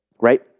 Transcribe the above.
Right